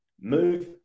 move